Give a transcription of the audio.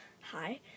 hi